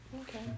Okay